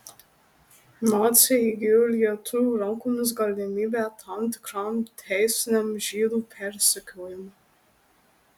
naciai įgijo lietuvių rankomis galimybę tam tikram teisiniam žydų persekiojimui